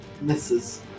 Misses